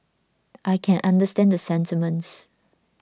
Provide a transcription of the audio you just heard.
I can understand the sentiments